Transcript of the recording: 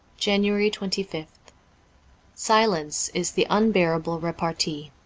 january twenty fifth silence is the unbearable repartee.